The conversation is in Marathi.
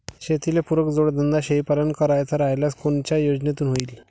शेतीले पुरक जोडधंदा शेळीपालन करायचा राह्यल्यास कोनच्या योजनेतून होईन?